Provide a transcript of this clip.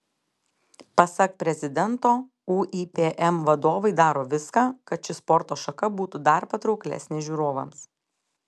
pasak prezidento uipm vadovai daro viską kad ši sporto šaka būtų dar patrauklesnė žiūrovams